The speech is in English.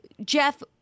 Jeff